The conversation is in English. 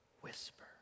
whisper